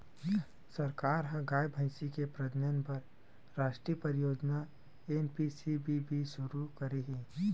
सरकार ह गाय, भइसी के प्रजनन बर रास्टीय परियोजना एन.पी.सी.बी.बी सुरू करे हे